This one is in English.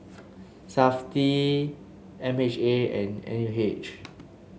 Safti M H A and N U H